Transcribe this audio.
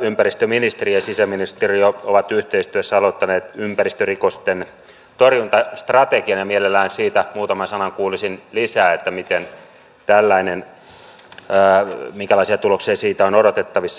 ympäristöministeriö ja sisäministeriö ovat yhteistyössä aloittaneet ympäristörikosten torjuntastrategian ja mielellään muutaman sanan kuulisin lisää siitä minkälaisia tuloksia siitä on odotettavissa